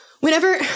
Whenever